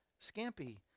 Scampi